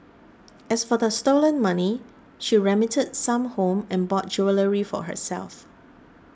as for the stolen money she remitted some home and bought jewellery for herself